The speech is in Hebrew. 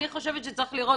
אני חושבת שצריך לראות